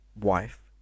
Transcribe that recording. wife